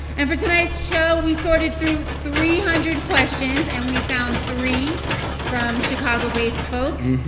and for tonight's show, we sorted through three hundred questions, and we found three from chicago-based folks.